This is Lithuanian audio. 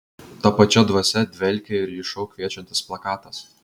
ta pačia dvasia dvelkia ir į šou kviečiantis plakatas